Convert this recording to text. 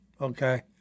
okay